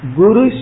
guru